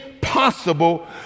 possible